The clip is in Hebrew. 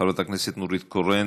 חברת הכנסת נורית קורן,